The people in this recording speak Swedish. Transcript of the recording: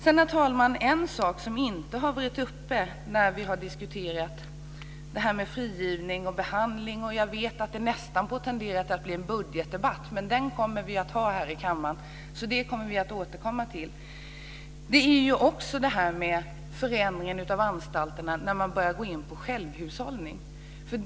Det är en sak, herr talman, som inte har varit uppe när vi har diskuterat frigivning och behandling. Jag vet att det nästan tenderar att bli en budgetdebatt men den kommer vi att ha här i kammaren, så det kommer vi att återkomma till. Det handlar också om en förändring av anstalterna när man börjar gå in på självhushållning.